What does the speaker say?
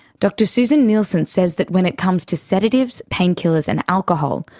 dr suzanne nielsen says that when it comes to sedatives, painkillers and alcohol,